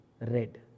red